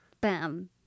bam